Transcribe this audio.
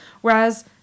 Whereas